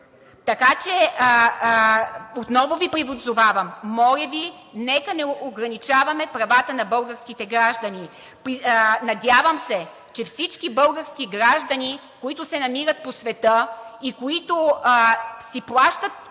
държави. Отново Ви призовавам: моля Ви, нека не ограничаваме правата на българските граждани. Надявам се, че всички български граждани, които се намират по света, които имат